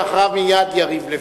ואחריו מייד חבר הכנסת יריב לוין.